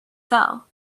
fell